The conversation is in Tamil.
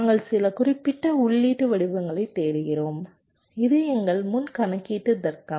நாங்கள் சில குறிப்பிட்ட உள்ளீட்டு வடிவங்களைத் தேடுகிறோம் இது எங்கள் முன் கணக்கீட்டு தர்க்கம்